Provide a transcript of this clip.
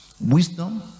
wisdom